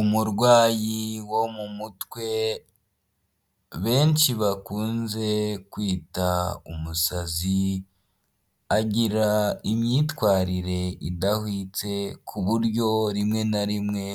Umurwayi wo mu mutwe benshi bakunze kwita umusazi agira imyitwarire idahwitse ku buryo rimwe na rimwe